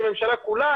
כממשלה כולה,